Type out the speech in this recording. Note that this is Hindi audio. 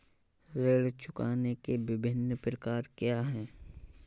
ऋण चुकाने के विभिन्न प्रकार क्या हैं?